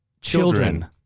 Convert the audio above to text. children